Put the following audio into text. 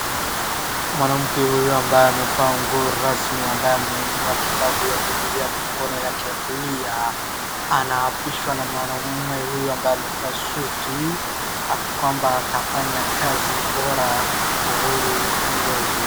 Mwanamke huyu ambaye amevaa nguo rasmi ambaye ameinua kitabu ya Biblia kwa mkono wake ya kulia anaapishwa na mwanamume huyu ambaye amevaa suti, kwamba atafanya kazi bora, uhuru na njia.